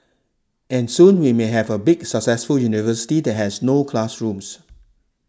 and soon we may have a big successful university that has no classrooms